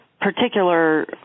particular